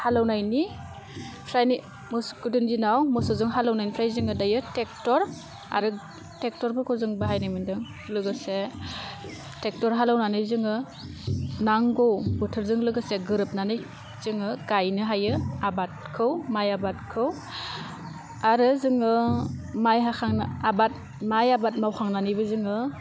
हालौनायनि फ्रायनो गोदोनि दिनाव मोसौजों हालौनायनिफ्राय जोङो दायो ट्रेक्टर आरो टेक्टरफोरखौ जों बाहायनाय मोनदों लोगोसे ट्रेक्टर हालौनानै जोङो नांगौ बोथोरजों लोगोसे गोरोबनानै जोङो गाइनो हायो आबादखौ माइ आबादखौ आरो जोङो माइ आबाद माइ आबाद मावखांनानैबो जोङो